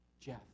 Jeff